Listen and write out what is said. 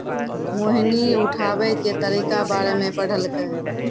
मोहिनी उठाबै के तरीका बारे मे पढ़लकै